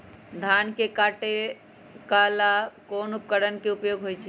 धान के काटे का ला कोंन उपकरण के उपयोग होइ छइ?